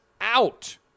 out